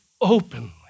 openly